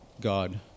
God